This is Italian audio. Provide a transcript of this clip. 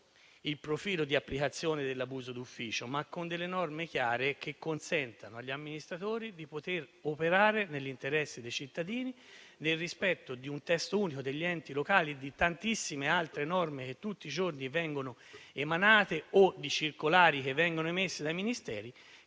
il profilo di applicazione dell'abuso d'ufficio, ma con norme chiare, che consentano agli amministratori di operare nell'interesse dei cittadini, nel rispetto di un testo unico degli enti locali e di tante altre norme che tutti i giorni vengono emanate o di circolari che vengono emesse dai Ministeri